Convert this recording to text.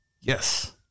Yes